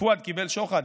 פואד קיבל שוחד.